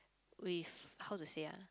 with how to say ah